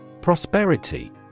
Prosperity